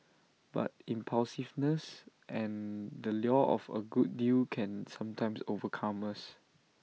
but impulsiveness and the lure of A good deal can sometimes overcome us